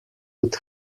would